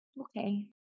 Okay